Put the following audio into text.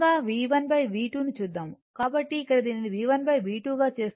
కాబట్టి ఇక్కడ దీనిని V1V2 గా చేస్తున్నాను